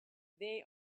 they